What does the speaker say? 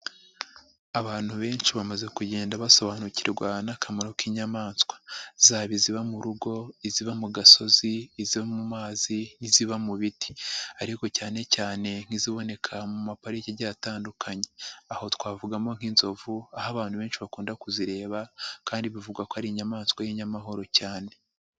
Abantu benshi bamaze kugenda basobanukirwa n'akamaro k'inyamaswa zaba iziba mu rugo, iziba mu gasozi, iziba mu mazi, iziba mu biti ariko cyane cyane nk'iziboneka mu mapariki agiye atandukanye, aho twavugamo nk'inzovu aho abantu benshi bakunda kuzireba kandi bivugwa ko ari inyamaswa y'inyamahoro cyane.